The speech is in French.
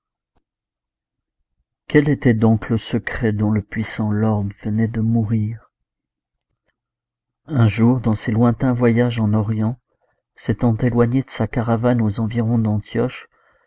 quel était donc le secret dont le puissant lord venait de mourir un jour dans ses lointains voyages en orient s'étant éloigné de sa caravane aux environs d'antioche